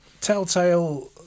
Telltale